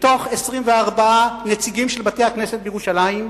מתוך 24 נציגים של בתי-הכנסת בירושלים,